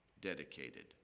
dedicated